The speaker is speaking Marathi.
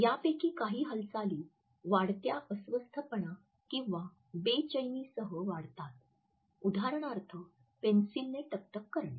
यापैकी काही हालचाली वाढत्या अस्वस्थपणा किवा बेचैनीसह वाढतात उदाहरणार्थ पेन्सिलने टकटक करणे